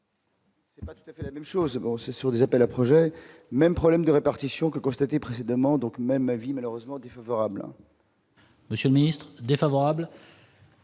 de la commission pardon. Même chose, bon c'est sur des appels à projets même problème de répartition que constater précédemment, donc même avis malheureusement défavorable. Monsieur le Ministre défavorable.